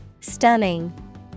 stunning